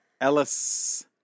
Ellis